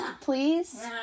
please